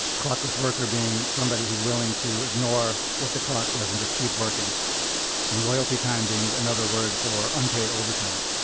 clockless worker being somebody's who's willing to ignore what the clock says and just keep working and loyalty time being another word for unpaid overtime.